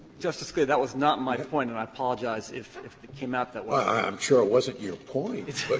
justice scalia, that was not my point, and i apologize if and if it came out that way. scalia i i i'm sure it wasn't your point, but